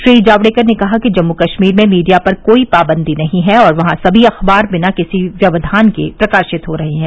श्री जावड़ेकर ने कहा कि जम्मू कश्मीर में मीडिया पर कोई पाबंदी नहीं हैं और वहां सभी अखबार बिना किसी व्यक्धान के प्रकाशित हो रहे हैं